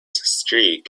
streak